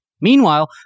Meanwhile